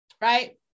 Right